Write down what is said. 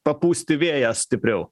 papūsti vėjas stipriau